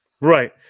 right